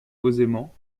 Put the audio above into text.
posément